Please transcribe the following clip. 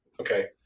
okay